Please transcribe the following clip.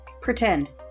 Pretend